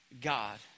God